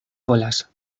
volas